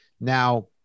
Now